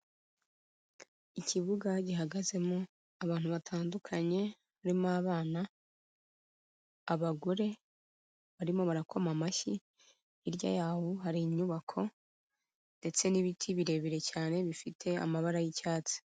Ikibuga gihagazemo abantu batandukanye, barimo abana, abagore barimo barakoma amashyi, hirya yabo hari inyubako ndetse n'ibiti birebire cyane bifite amabara y'icyatsi.